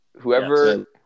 Whoever